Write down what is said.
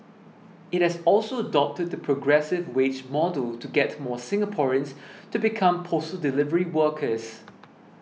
it has also adopted the progressive wage model to get more Singaporeans to become postal delivery workers